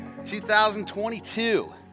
2022